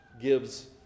gives